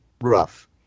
rough